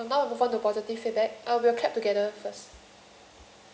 so uh now we move on to positive feedback uh we'll clap together first